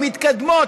המתקדמות,